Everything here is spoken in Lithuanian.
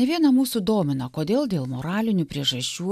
ne vieną mūsų domina kodėl dėl moralinių priežasčių